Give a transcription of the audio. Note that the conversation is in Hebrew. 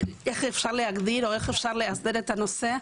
אפשר להגדיר או לייסד את הנושא.